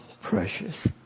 precious